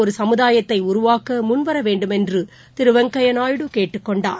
ஒரு சமுதாயத்தை உருவாக்க முன்வர வேண்டுமென்று திரு வெங்கையா நாயுடு கேட்டுக் கொண்டார்